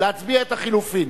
להצביע על החלופין.